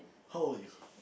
hold you